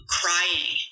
crying